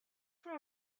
from